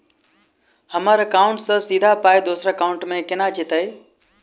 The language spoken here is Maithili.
हम्मर एकाउन्ट सँ सीधा पाई दोसर एकाउंट मे केना जेतय?